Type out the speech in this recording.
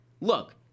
look